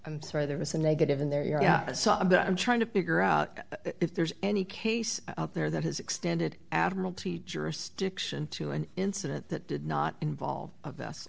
i'm sorry there was a negative in there yeah so and i'm trying to figure out if there's any case out there that has extended admiralty jurisdiction to an incident that did not involve